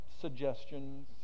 suggestions